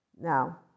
Now